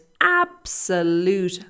absolute